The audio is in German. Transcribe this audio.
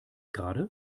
gerade